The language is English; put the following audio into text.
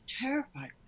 terrified